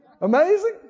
Amazing